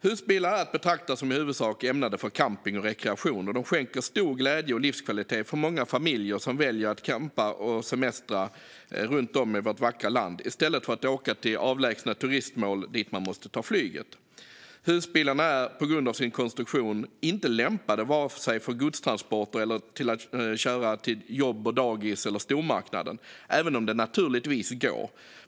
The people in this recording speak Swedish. Husbilar är att betrakta som i huvudsak ämnade för camping och rekreation, och de skänker stor glädje och livskvalitet åt många familjer som väljer att campa och semestra runt om i vårt vackra land i stället för att fara till avlägsna turistmål dit man måste ta flyget. Husbilarna är på grund av sin konstruktion inte lämpade för vare sig godstransporter eller att köra till jobb, dagis eller stormarknaden, även om det naturligtvis går.